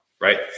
right